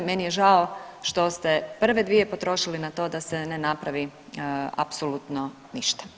Meni je žao što ste prve dvije potrošili na to da se ne napravi apsolutno ništa.